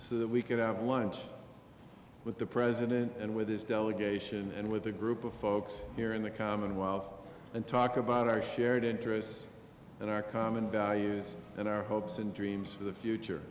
so that we could have lunch with the president and with his delegation and with a group of folks here in the commonwealth and talk about our shared interests and our common values and our hopes and dreams for the future